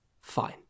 fine